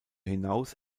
hinaus